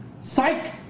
Psych